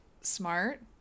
smart